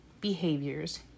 behaviors